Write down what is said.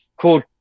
cool